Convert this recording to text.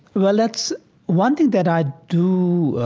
well, that's one thing that i do